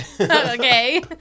Okay